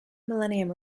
millennium